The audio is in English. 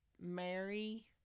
mary